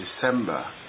December